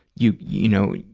you, you know,